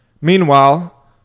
Meanwhile